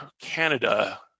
Canada